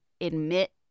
admit